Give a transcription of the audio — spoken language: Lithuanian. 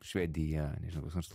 švedija nežinau koks nors